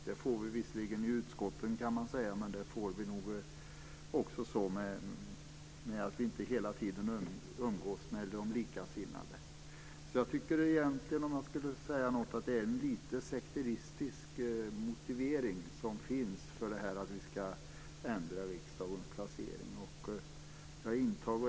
Det får vi visserligen i utskotten, kan man säga, men vi får det också tack vare att vi inte hela tiden umgås med våra likasinnade. Jag tycker därför egentligen, om jag skulle säga något, att det är en lite sekteristisk motivering som finns till det här att vi ska ändra riksdagens placering.